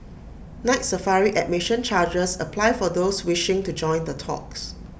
Night Safari admission charges apply for those wishing to join the talks